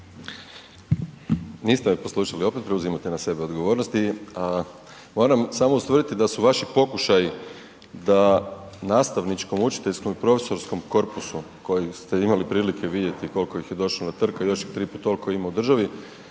Niste me slušali, opet preuzimate na sebe odgovornosti a moram samo ustvrditi da su vaši pokušaji da nastavničkom, učiteljskom i profesorskom korpusu koji ste imali prilike vidjeti koliko ih je došlo na trg a još ih 3x toliko ima u državi